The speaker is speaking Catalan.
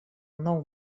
nou